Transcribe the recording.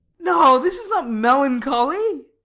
no, this is not melancholy.